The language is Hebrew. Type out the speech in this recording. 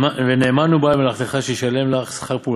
ונאמן הוא בעל מלאכתך שישלם לך שכר פעולתך,